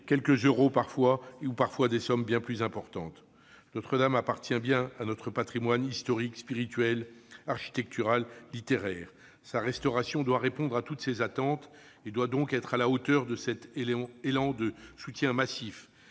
quelques euros, qui des sommes bien plus importantes. Notre-Dame appartient bien à notre patrimoine historique, spirituel, architectural, littéraire. Sa restauration doit répondre à de multiples attentes. Elle doit être à la hauteur de cet élan de soutien massif.